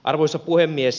arvoisa puhemies